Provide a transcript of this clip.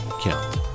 count